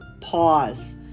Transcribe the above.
Pause